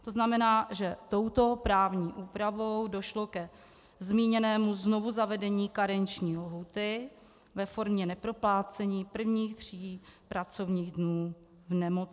To znamená, že touto právní úpravou došlo ke zmíněnému znovuzavedení karenční lhůty ve formě neproplácení prvních tří pracovních dnů v nemoci.